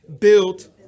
built